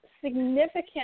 significant